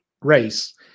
race